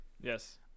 Yes